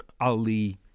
Ali